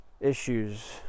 issues